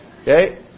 Okay